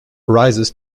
rises